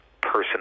person